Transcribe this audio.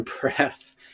breath